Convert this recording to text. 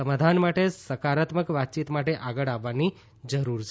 સમાધાન માટે સકારાત્મક વાતચીત માટે આગળ આવવાની જરૂર છે